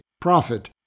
profit